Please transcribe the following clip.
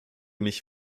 mich